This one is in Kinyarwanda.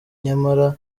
nyamara